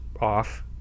off